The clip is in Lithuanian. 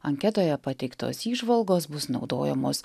anketoje pateiktos įžvalgos bus naudojamos